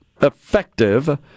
effective